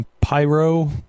Pyro